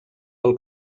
del